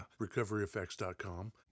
RecoveryEffects.com